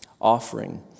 offering